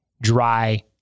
dry